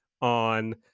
on